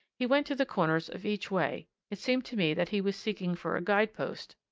he went to the corners of each way it seemed to me that he was seeking for a guide-post.